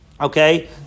Okay